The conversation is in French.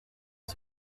que